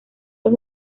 los